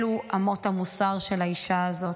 אלו אמות המוסר של האישה הזאת.